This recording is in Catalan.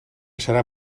serà